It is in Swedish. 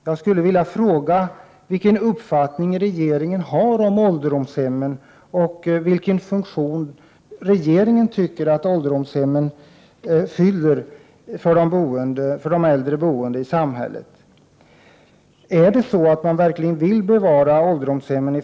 Jag skulle vilja fråga vilken uppfattning regeringen har om ålderdomshemmen och vilken funktion regeringen tycker att de fyller för de äldre i samhället. Vill verkligen regeringen bevara ålderdomshemmen?